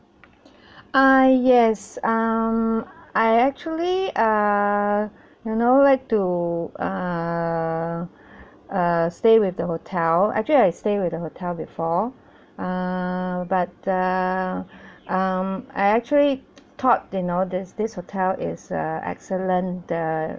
ah yes um I actually err you know like to err err stay with the hotel actually I stay with the hotel before um but err um I actually thought you know that this hotel is err excellent the